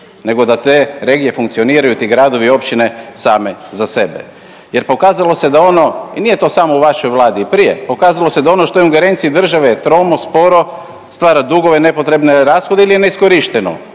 nego da te regije funkcioniraju, ti gradovi i općine same za sebe jer pokazalo se da ono i nije to samo u vašoj Vladi, i prije, pokazalo se da je ono što je u ingerenciji države je tromo, sporo, stvara dugove, nepotrebne rashode ili je neiskorišteno.